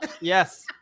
Yes